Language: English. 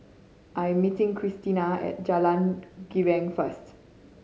I am meeting Krystina at Jalan Girang first